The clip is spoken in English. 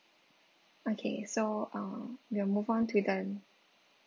okay so uh we'll move on to the